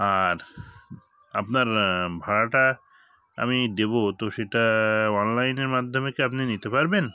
আর আপনার ভাড়াটা আমি দেবো তো সেটা অনলাইনের মাধ্যমে কি আপনি নিতে পারবেন